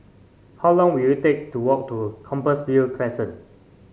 how long will it take to walk to Compassvale Crescent